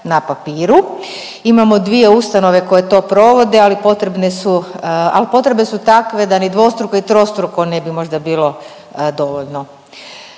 na papiru. Imamo dvije ustanove koje to provode, ali potrebne su, ali potrebe su takve da ni dvostruko i trostruko ne bi možda bilo dovoljno.